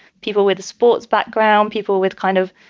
people with a sports background, people with kind of,